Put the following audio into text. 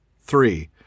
three